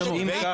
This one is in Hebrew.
זה עניין שלי.